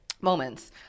moments